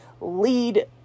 lead